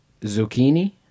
Zucchini